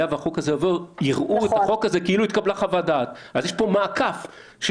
יש פה מעקף של